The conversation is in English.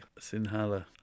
Sinhala